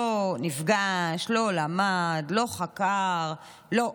לא נפגש, לא למד, לא חקר, לא.